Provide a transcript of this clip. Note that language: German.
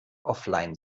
offline